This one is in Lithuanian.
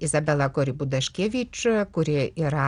izabela korybut daškėvič kuri yra